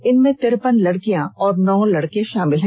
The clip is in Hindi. इनमें तिरपन लड़कियां और नौ लड़के शामिल हैं